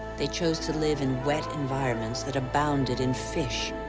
they chose to live in wet environments that abounded in fish,